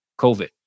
COVID